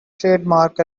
trademark